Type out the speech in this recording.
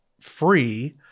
free